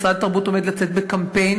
משרד התרבות עומד לצאת בקמפיין,